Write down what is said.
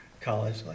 college